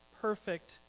perfect